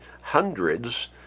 hundreds